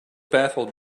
baffled